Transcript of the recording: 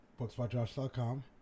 booksbyjosh.com